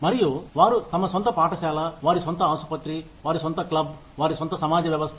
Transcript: మరియు వారు తమ సొంత పాఠశాల వారి సొంత ఆసుపత్రి వారి సొంత క్లబ్ వారి సొంత సమాజ వ్యవస్థ